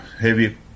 heavy